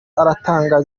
aratanga